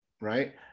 right